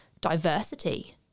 diversity